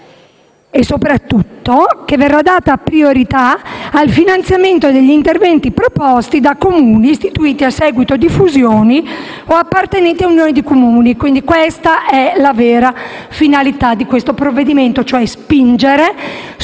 E soprattutto verrà data priorità al finanziamento degli interventi proposti da Comuni istituiti a seguito di fusioni o appartenenti a un'unione di Comuni. Questa, quindi, è la vera finalità del provvedimento: spingere verso